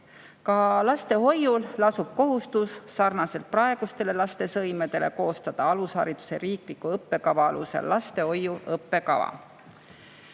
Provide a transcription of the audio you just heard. Ka lastehoiul lasub kohustus sarnaselt praeguste lastesõimedega koostada alushariduse riikliku õppekava alusel lastehoiu õppekava. Head